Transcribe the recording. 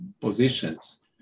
positions